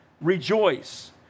rejoice